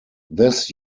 this